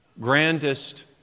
grandest